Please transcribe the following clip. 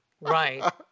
right